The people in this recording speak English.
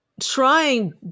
trying